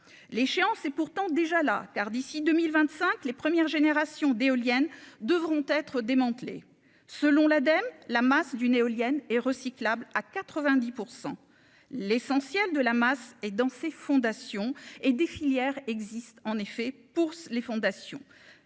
l'échéance et pourtant déjà là car d'ici 2025 les premières générations d'éoliennes devront être démantelées selon l'Ademe, la masse d'une éolienne et recyclables à 90 % l'essentiel de la masse et dans ses fondations et des filières existent en effet pour les fondations,